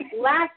Last